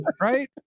Right